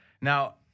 Now